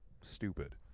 stupid